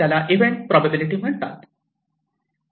त्याला event probability म्हणतात